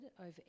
over